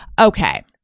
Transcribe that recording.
Okay